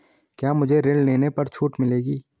क्या मुझे ऋण लेने पर छूट मिलेगी?